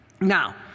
Now